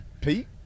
Pete